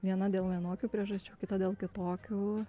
viena dėl vienokių priežasčių kitą dėl kitokių